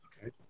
Okay